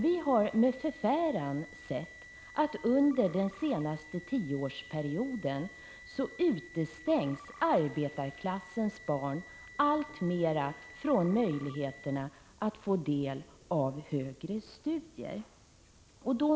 Vi har med förfäran sett att under den senaste tioårsperioden utestängs arbetarklassens barn alltmer från möjligheterna att få del av högre studier.